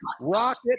rocket